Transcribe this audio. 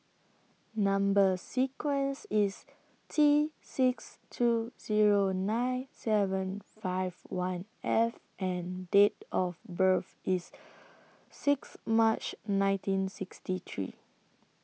Number sequence IS T six two Zero nine seven five one F and Date of birth IS Sixth March nineteen sixty three